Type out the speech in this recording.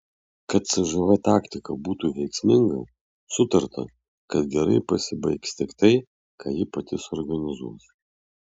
kad cžv taktika būtų veiksminga sutarta kad gerai pasibaigs tik tai ką ji pati suorganizuos